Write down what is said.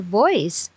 voice